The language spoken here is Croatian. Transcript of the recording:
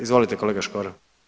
Izvolite kolega Škoro.